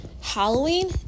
Halloween